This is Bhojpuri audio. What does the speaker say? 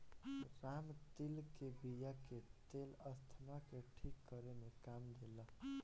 रामतिल के बिया के तेल अस्थमा के ठीक करे में काम देला